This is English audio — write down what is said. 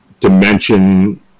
dimension